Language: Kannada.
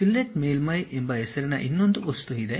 ಫಿಲೆಟ್ ಮೇಲ್ಮೈ ಎಂಬ ಹೆಸರಿನ ಇನ್ನೊಂದು ವಸ್ತು ಇದೆ